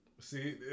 See